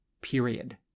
period